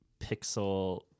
pixel